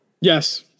Yes